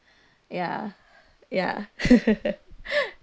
ya ya